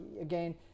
again